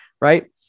right